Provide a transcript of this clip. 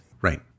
Right